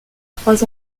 trois